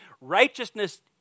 Righteousness